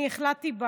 אני החלטתי,